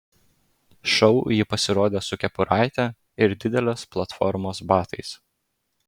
šou ji pasirodė su kepuraite ir didelės platformos batais